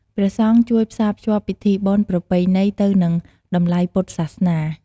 ព្រះសង្ឃជួយផ្សាភ្ជាប់ពិធីបុណ្យប្រពៃណីទៅនឹងតម្លៃពុទ្ធសាសនា។